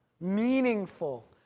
Meaningful